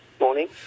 Morning